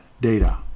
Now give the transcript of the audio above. data